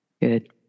Good